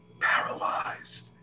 paralyzed